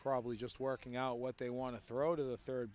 probably just working out what they want to throw to the third